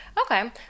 Okay